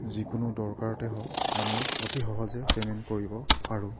যিকোনো দৰকাৰতে হওক আমি অতি সহজে পে'মেণ্ট কৰিব পাৰোঁ